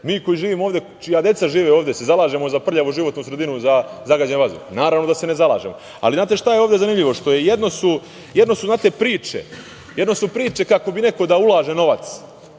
mi, koji živimo ovde, čija deca žive ovde, zalažemo za prljavu životnu sredinu, za zagađen vazduh? Naravno da se ne zalažemo. Znate šta je ovde zanimljivo? Jedno su, znate, priče kako bi neko da ulaže novac